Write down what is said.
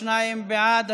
שניים בעד,